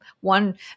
one